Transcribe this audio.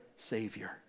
savior